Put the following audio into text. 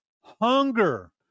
hunger